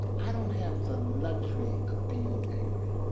i don't have the luxury of being angry,